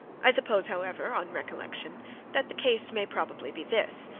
i suppose, however on recollection that the case may probably be this.